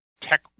tech